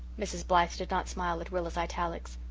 mrs. blythe did not smile at rilla's italics.